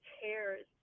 cares